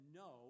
no